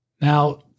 Now